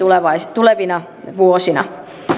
tulevina vuosina